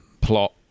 plot